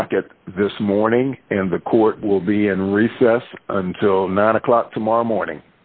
docket this morning and the court will be in recess until nine o'clock tomorrow morning